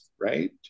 right